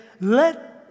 let